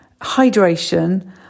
hydration